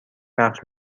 پخش